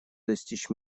достичь